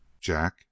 Jack